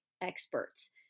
experts